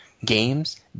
Games